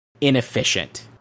inefficient